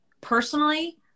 personally